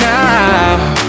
now